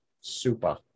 Super